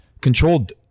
controlled